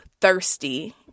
thirsty